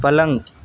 پلنگ